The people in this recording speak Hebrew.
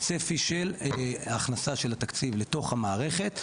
צפי של הכנסה של התקציב לתוך המערכת.